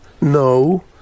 no